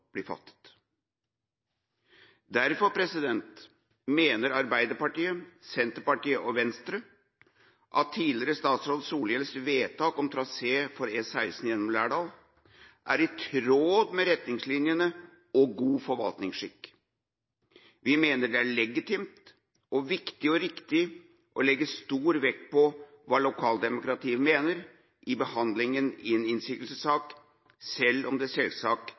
blir fattet. Derfor mener Arbeiderpartiet, Senterpartiet og SV at tidligere statsråd Solhjells vedtak om trasé for E16 gjennom Lærdal er i tråd med retningslinjene og god forvaltningsskikk. Vi mener det er legitimt, viktig og riktig å legge stor vekt på hva lokaldemokratiet mener i behandlinga i en innsigelsessak, selv om det selvsagt